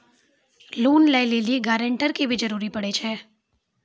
Loan लै लेली guarantor के भी जरूरी पड़ै छै?